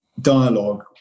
dialogue